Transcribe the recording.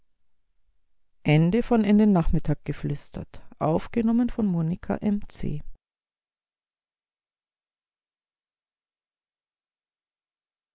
in den nachmittag geflüstert sonne